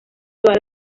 todas